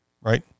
right